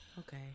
okay